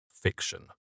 fiction